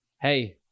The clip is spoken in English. Hey